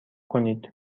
کنید